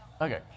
Okay